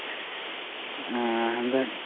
ꯍꯟꯗꯛ